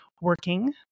working